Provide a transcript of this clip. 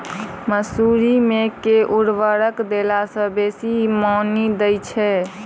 मसूरी मे केँ उर्वरक देला सऽ बेसी मॉनी दइ छै?